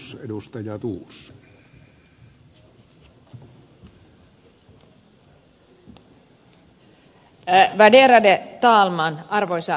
de sannfinländska interpellanterna gör det lätt för sig